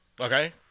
Okay